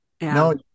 No